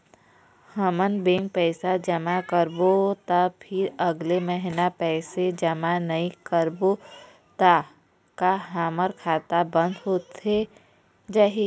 हमन बैंक पैसा जमा करबो ता फिर अगले महीना पैसा जमा नई करबो ता का हमर खाता बंद होथे जाही?